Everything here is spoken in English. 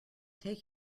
take